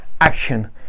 action